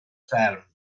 fferm